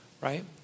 right